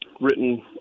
written